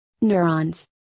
Neurons